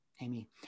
Amy